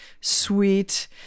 sweet